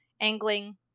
angling